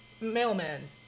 mailman